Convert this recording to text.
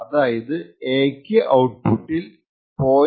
അതായതു എ ക്ക് ഔട്പുട്ടിൽ 0